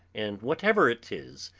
and, whatever it is,